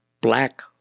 black